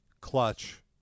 Clutch